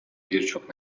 birçok